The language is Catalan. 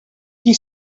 qui